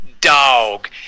dog